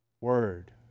word